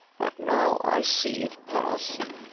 but now i see it passing,